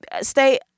Stay